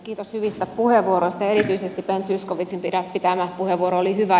kiitos hyvistä puheenvuoroista ja erityisesti ben zyskowiczin käyttämä puheenvuoro oli hyvä